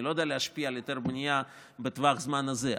אני לא יודע להשפיע על היתר בנייה בטווח הזמן הזה.